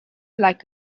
like